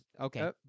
Okay